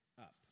up